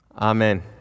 amen